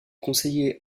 conseiller